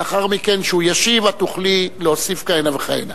לאחר שהוא ישיב, את תוכלי להוסיף כהנה וכהנה.